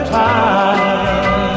time